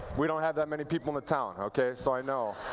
we don't have that many people in the town. okay? so i know